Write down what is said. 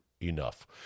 enough